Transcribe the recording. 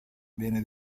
viene